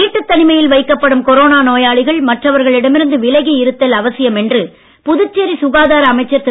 வீட்டுத் தனிமையில் வைக்கப்படும் கொரோனா நோயாளிகள் மற்றவர்களிடம் இருந்து விலகி இருத்தல் அவசியம் என்று புதுச்சேரி சுகாதார அமைச்சர் திரு